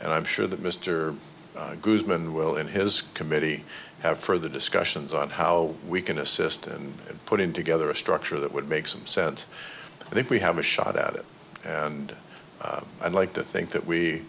and i'm sure that mr goodman will in his committee have further discussions on how we can assist and in putting together a structure that would make some sense i think we have a shot at it and i'd like to think that we